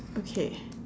okay